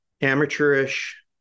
amateurish